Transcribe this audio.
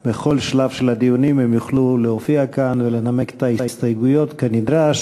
בכל שלב של הדיונים הם יוכלו להופיע כאן ולנמק את ההסתייגויות כנדרש